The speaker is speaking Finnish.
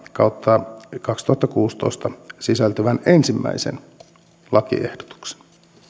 kautta kaksituhattakuusitoista vp sisältyvän ensimmäisen lakiehdotuksen